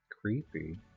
creepy